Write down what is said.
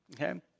okay